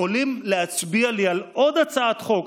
יכולים להצביע לי על עוד הצעת חוק,